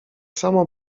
samo